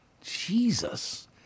Jesus